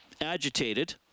Agitated